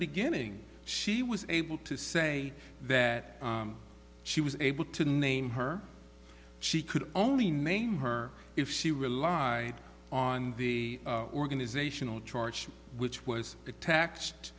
beginning she was able to say that she was able to name her she could only name her if she relied on the organizational chart which was attacked